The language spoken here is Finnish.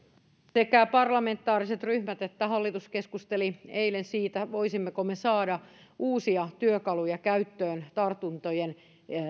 sekä parlamentaariset ryhmät että hallitus keskustelivat eilen siitä voisimmeko me saada uusia työkaluja käyttöön tähän tartuntojen